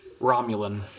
Romulan